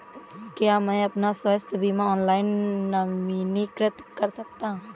क्या मैं अपना स्वास्थ्य बीमा ऑनलाइन नवीनीकृत कर सकता हूँ?